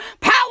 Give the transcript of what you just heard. Power